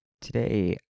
Today